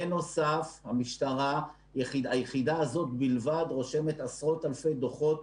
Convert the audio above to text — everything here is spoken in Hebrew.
בנוסף, היחידה הזאת בלבד רושמת עשרות אלפי דוחות